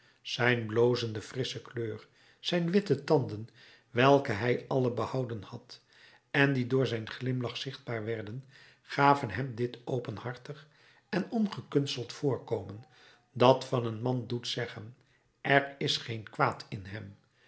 zijn blozende frissche kleur zijn witte tanden welke hij alle behouden had en die door zijn glimlach zichtbaar werden gaven hem dit openhartig en ongekunsteld voorkomen dat van een man doet zeggen er is geen kwaad in hem